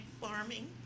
farming